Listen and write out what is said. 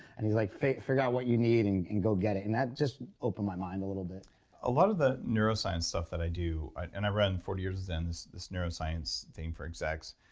and he's like, figure out what you need and and go get it. and that just opened my mind a little bit a lot of the neuroscience stuff that i do, and i run forty years of zen, this this neuroscience thing for execs,